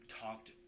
talked